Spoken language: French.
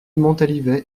montalivet